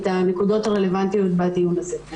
את הנקודות הרלוונטיות בדיון הזה.